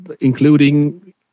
including